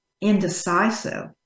indecisive